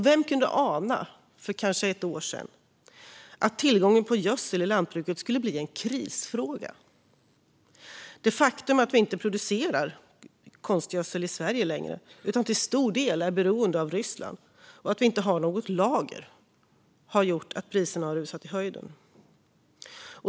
Vem kunde ana för kanske ett år sedan att tillgången till gödsel i lantbruket skulle bli en krisfråga? Det faktum att vi inte längre producerar konstgödsel i Sverige och inte har något lager utan till stor del är beroende av Ryssland har gjort att priserna har rusat i höjden.